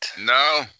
No